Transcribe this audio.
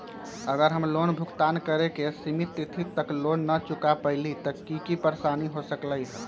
अगर हम लोन भुगतान करे के सिमित तिथि तक लोन न चुका पईली त की की परेशानी हो सकलई ह?